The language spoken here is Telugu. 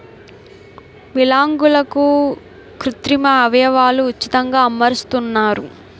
విలాంగులకు కృత్రిమ అవయవాలు ఉచితంగా అమరుస్తున్నారు